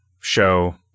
show